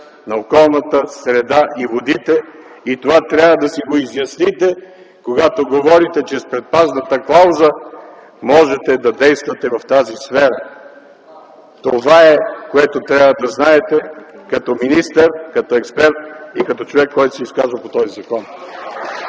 на околната среда и водите и това трябва да си го изясните, когато говорите, че с предпазната клауза можете да действате в тази сфера. Това е, което трябва да знаете като министър, като експерт и като човек, който се изказва по този закон.